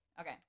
okay